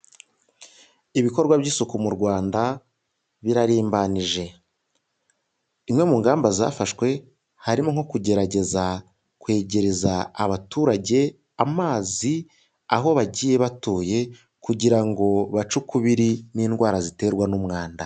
Ibikorwa by'isuku mu Rwanda birarimbanije. Imwe mu ngamba zafashwe harimo nko kugerageza kwegereza abaturage amazi aho bagiye batuye kugira ngo bace ukubiri n'indwara ziterwa n'umwanda.